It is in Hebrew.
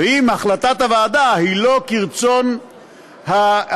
ואם החלטת הוועדה היא לא כרצון האנשים,